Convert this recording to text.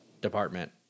department